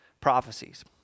prophecies